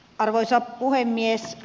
arvoisa puhemies